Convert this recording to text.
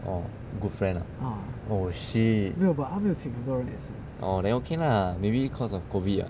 oh good friend ah oh shit oh then okay lah maybe because of COVID [what]